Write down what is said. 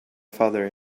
father